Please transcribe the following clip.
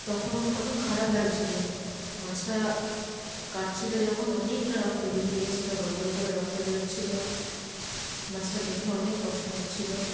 তখন অনেক খারাপ লাগছিল মাছটা কাটছিল যখন অনেকটা রক্ত বেরিয়ে গিয়েছিল গল গল করে রক্ত বেরচ্ছিল মাছটা দেখে অনেক কষ্ট হচ্ছিল